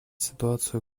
ситуацию